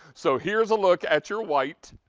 so here is a look at your white.